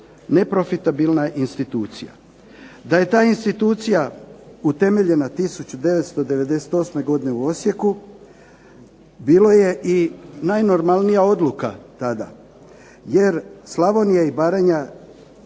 neprofitabilna institucija. Da je ta institucija utemeljena 1998. godine u Osijeku, bilo je i najnormalnija odluka tada. Jer Slavonija i Baranja